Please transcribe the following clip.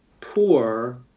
poor